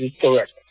correct